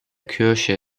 kirche